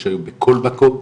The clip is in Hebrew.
יש היום בכל מקום,